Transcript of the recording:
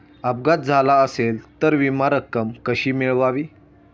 अपघात झाला असेल तर विमा रक्कम कशी मिळवावी?